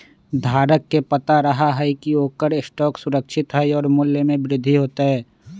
धारक के पता रहा हई की ओकर स्टॉक सुरक्षित हई और मूल्य में वृद्धि होतय